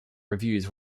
revues